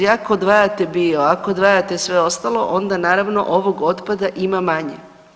Ako odvajate bio, ako odvajate sve ostalo onda naravno ovog otpada ima manje.